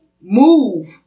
move